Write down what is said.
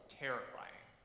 terrifying